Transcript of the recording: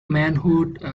manhood